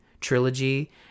trilogy